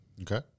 Okay